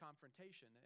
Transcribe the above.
confrontation